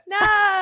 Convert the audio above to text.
No